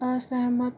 असहमत